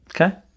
okay